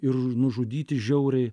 ir nužudyti žiauriai